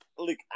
Look